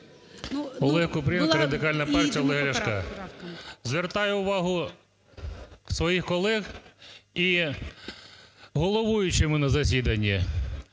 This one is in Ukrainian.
Олег Купрієнко, Радикальна партія Олега Ляшка. Звертаю увагу своїх колег і головуючому на засіданні.